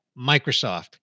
Microsoft